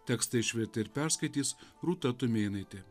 tekstą išvertė ir perskaitys rūta tumėnaitė